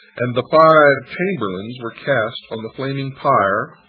and the five chamberlains were cast on the flaming pyre,